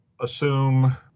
assume